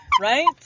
Right